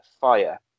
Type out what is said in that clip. fire